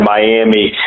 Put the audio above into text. Miami